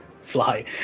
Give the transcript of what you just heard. Fly